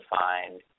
find